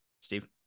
Steve